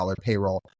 payroll